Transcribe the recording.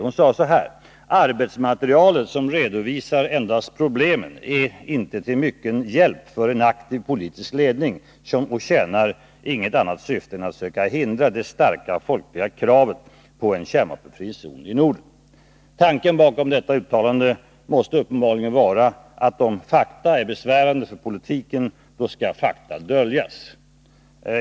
Hon sade då: ”Arbetsmaterialet, som redovisar endast problemen, är inte till mycken hjälp för en aktiv politisk ledning och tjänar inget annat syfte än att söka hindra det starka folkliga kravet på en kärnvapenfri zon i Norden.” Tanken bakom detta uttalande måste uppenbarligen vara att om fakta är besvärande för politiken, skall fakta döljas.